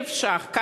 1,000 ש"ח,